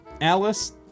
Alice